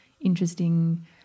interesting